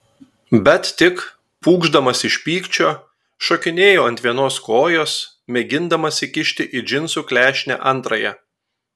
bet tik pūkšdamas iš pykčio šokinėjo ant vienos kojos mėgindamas įkišti į džinsų klešnę antrąją